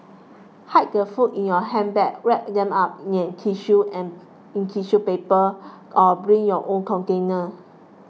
hide the food in your handbag wrap them up in an tissue and in tissue paper or bring your own container